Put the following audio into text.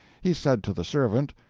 he said to the servant,